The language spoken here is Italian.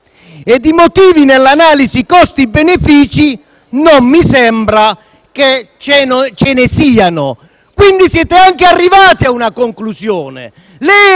E di motivi nell'analisi costi-benefici non mi sembra che ce ne siano». Quindi siete arrivati a una conclusione: